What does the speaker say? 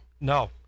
No